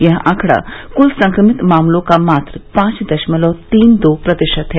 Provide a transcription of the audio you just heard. यह आंकड़ा कुल संक्रमित मामलों का मात्र पांच दशमलव तीन दो प्रतिशत है